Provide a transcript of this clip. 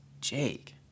Jake